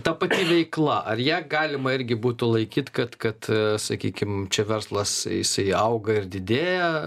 ta pati veikla ar ją galima irgi būtų laikyt kad kad sakykim čia verslas jisai auga ir didėja